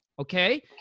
Okay